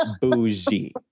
bougie